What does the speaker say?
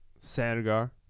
Sandgar